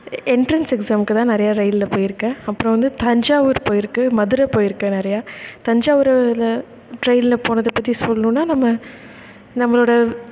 entrance எக்ஸாம்க்கு தான் நிறையா ரெயிலில் போயிருக்கேன் அப்புறோம் வந்து தஞ்சாவூர் போயிருக்கே மதுரை போயிருக்கேன் நிறையா தஞ்சாவூரில் ட்ரெய்னில் போனதை பற்றி சொல்லணுனால் நம்ம நம்மளோடய